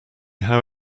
how